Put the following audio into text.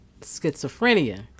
schizophrenia